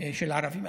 של ערבים.